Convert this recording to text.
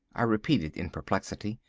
i repeated in perplexity.